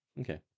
Okay